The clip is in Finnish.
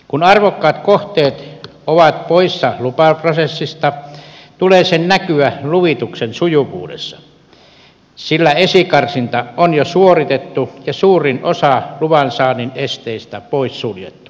kun arvokkaat kohteet ovat poissa lupaprosessista tulee sen näkyä luvituksen sujuvuudessa sillä esikarsinta on jo suoritettu ja suurin osa luvan saannin esteistä poissuljettu